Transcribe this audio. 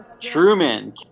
Truman